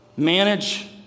Manage